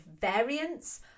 variance